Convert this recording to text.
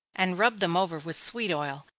and rub them over with sweet oil,